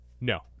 No